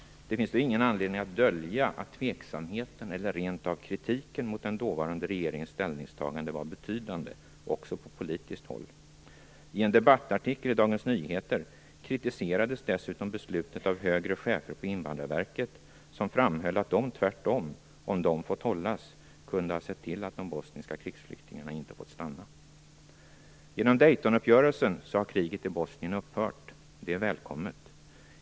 Det finns väl ingen anledning att dölja att tveksamheten eller rent av kritiken mot den dåvarande regeringens ställningstagande var betydande också på politiskt håll. I en debattartikel i Dagens Nyheter kritiserades dessutom beslutet av högre chefer för Invandrarverket, som framhöll att de tvärtom, om de fått hållas, kunde ha sett till att de bosniska krigsflyktingarna inte fått stanna. Genom Daytonuppgörelsen har kriget i Bosnien upphört. Det är välkommet.